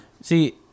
See